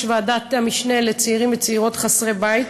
ועדת המשנה לצעירים וצעירות חסרי בית.